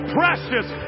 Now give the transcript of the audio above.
precious